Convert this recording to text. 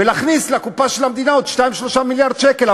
ולהכניס לקופה של המדינה עוד 2 3 מיליארדי שקלים,